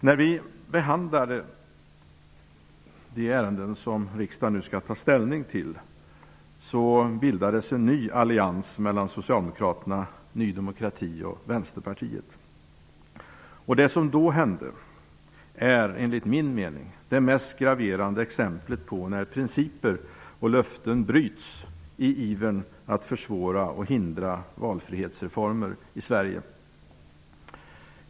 När socialutskottet behandlade de ärenden som riksdagen nu skall ta ställning till, bildades en ny allians mellan Socialdemokraterna, Ny demokrati och Vänsterpartiet. Det som då hände är enligt min mening det mest graverande exemplet på när principer och löften bryts i ivern att försvåra och hindra valfrihetsreformer i Sverige.